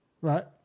right